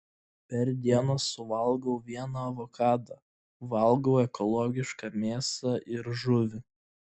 per dieną suvalgau vieną avokadą valgau ekologišką mėsą ir žuvį